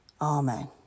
Amen